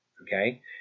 Okay